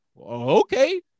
okay